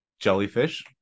jellyfish